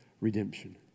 redemption